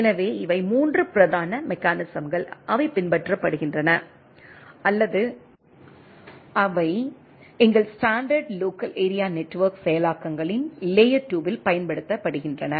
எனவே இவை 3 பிரதான மெக்கானிசம்கள் அவை பின்பற்றப்படுகின்றன அல்லது அவை எங்கள் ஸ்டாண்டர்டு லோக்கல் ஏரியா நெட்வொர்க் செயலாக்கங்களின் லேயர் 2 இல் பயன்படுத்தப்படுகின்றன